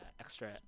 extra